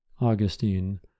Augustine